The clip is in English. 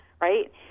right